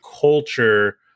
culture